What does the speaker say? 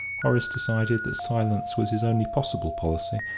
horace decided that silence was his only possible policy,